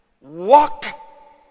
Walk